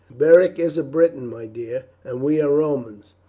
beric is a briton, my dear, and we are romans.